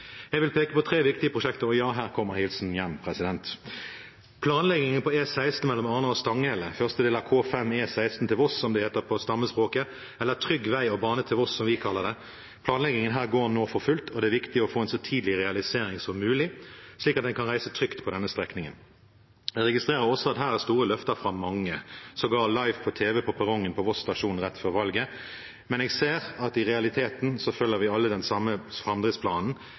Jeg vil peke på tre viktige prosjekter, og her kommer hilsenen hjem: Planleggingen på E16 mellom Arna og Stanghelle – første del av K5 E16 til Voss, som det heter på stammespråket, eller trygg vei og bane til Voss, som vi kaller det –går nå for fullt. Det er viktig å få en så tidlig realisering som mulig, slik at en kan reise trygt på denne strekningen. Jeg registrerer også at her er det store løfter fra mange – sågar live på tv på perrongen på Voss stasjon rett før valget – men jeg ser at i realiteten følger vi alle den samme framdriftsplanen,